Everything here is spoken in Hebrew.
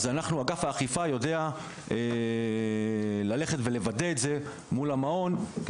אז אגף האכיפה יודע ללכת ולוודא את זה מול המעון,